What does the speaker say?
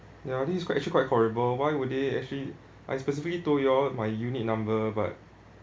ya this is quite actually quite horrible why would they actually I specifically told you all my unit number but